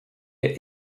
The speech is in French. est